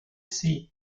sea